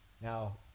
Now